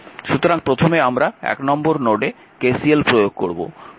সুতরাং প্রথমে আমরা 1 নম্বর নোডে KCL প্রয়োগ করব